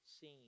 scene